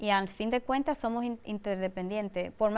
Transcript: and for